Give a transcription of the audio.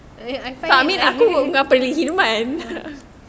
I find like